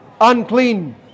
unclean